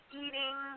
eating